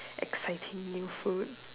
exciting new food